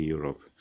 Europe